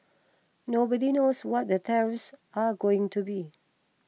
nobody knows what the tariffs are going to be